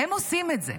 הם עושים את זה.